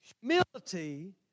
humility